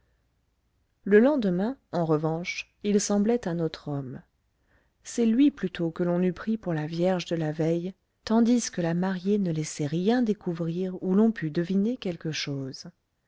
le lendemain en revanche il semblait un autre homme c'est lui plutôt que l'on eût pris pour la vierge de la veille tandis que la mariée ne laissait rien découvrir où l'on pût deviner quelque chose